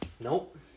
Nope